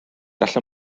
gall